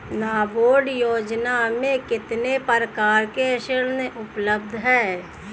नाबार्ड योजना में कितने प्रकार के ऋण उपलब्ध हैं?